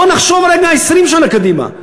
בואו נחשוב רגע 20 שנה קדימה.